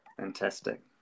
Fantastic